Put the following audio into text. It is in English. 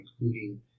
including